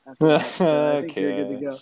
okay